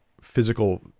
physical